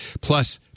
Plus